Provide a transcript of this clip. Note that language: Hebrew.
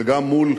וגם מול